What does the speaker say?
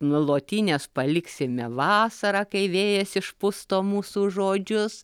nu lotines paliksime vasarą kai vėjas išpusto mūsų žodžius